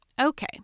Okay